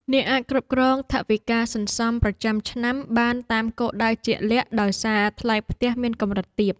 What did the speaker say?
អ្នកអាចគ្រប់គ្រងថវិកាសន្សំប្រចាំឆ្នាំបានតាមគោលដៅជាក់លាក់ដោយសារថ្លៃផ្ទះមានកម្រិតទាប។